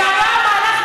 מה מה קשור?